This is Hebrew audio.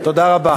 תודה רבה.